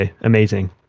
amazing